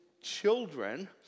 children